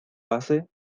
base